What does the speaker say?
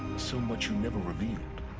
so much you never revealed.